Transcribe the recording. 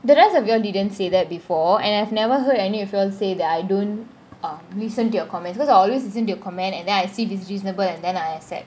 the rest of you didn't say that before and I have never heard any of you all say that I don't um listen to your comments because I always listen to your comment and then I see if it is reasonable and then I accept